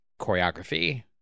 choreography